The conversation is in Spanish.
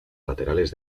laterales